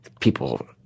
People